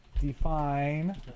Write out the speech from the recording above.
define